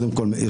קודם כול,